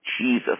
Jesus